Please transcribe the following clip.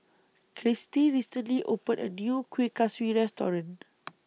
Kristy recently opened A New Kuih Kaswi Restaurant